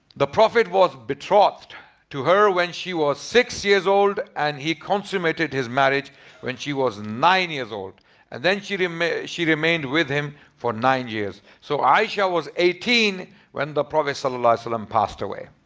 the prophet was betrothed to her when she was six years old and he consummated his marriage when she was nine years old and then she remained she remained with him for nine years so aisha was eighteen when the prophet so ah um passed away.